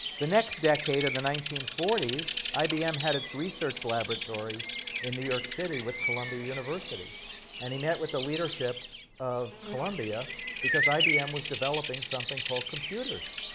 the next decade of the nineteen forty s, ibm had its research laboratory in new york city with columbia university and he met with the leadership of columbia because ibm was developing something called computers,